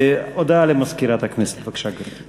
הודעה למזכירת הכנסת, בבקשה, גברתי.